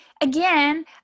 again